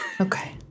okay